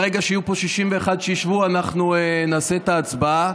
ברגע שהיו פה 61 שישבו אנחנו נעשה את ההצבעה,